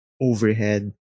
overhead